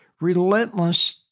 relentless